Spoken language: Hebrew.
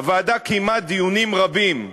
הוועדה קיימה דיונים רבים,